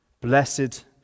Blessed